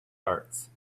arts